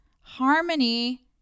harmony